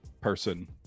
person